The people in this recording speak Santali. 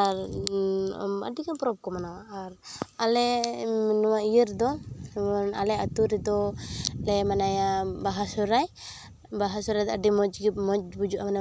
ᱟᱨ ᱟᱹᱰᱤᱜᱟᱱ ᱯᱚᱨᱚᱵᱽ ᱠᱚ ᱢᱟᱱᱟᱣᱟ ᱟᱨ ᱱᱚᱣᱟ ᱤᱭᱟᱹ ᱨᱮᱫᱚ ᱟᱞᱮ ᱟᱹᱛᱩ ᱨᱮᱫᱚ ᱞᱮ ᱢᱟᱱᱟᱣᱟ ᱵᱟᱦᱟ ᱥᱚᱦᱚᱨᱟᱭ ᱵᱟᱦᱟ ᱥᱚᱦᱚᱨᱟᱭ ᱫᱚ ᱟᱹᱰᱤ ᱢᱚᱡᱽ ᱵᱩᱡᱩᱜᱼᱟ ᱢᱟᱱᱮ